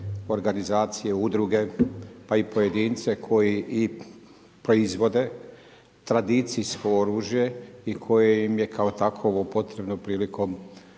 organizacije, udruge, pa i pojedince koji i proizvode tradicijsko oružje i koje im je kao takovo potrebno prilikom